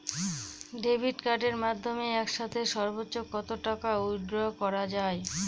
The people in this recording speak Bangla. ডেবিট কার্ডের মাধ্যমে একসাথে সর্ব্বোচ্চ কত টাকা উইথড্র করা য়ায়?